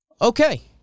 okay